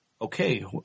Okay